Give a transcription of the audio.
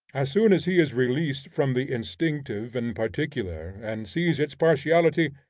as soon as he is released from the instinctive and particular and sees its partiality,